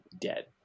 dead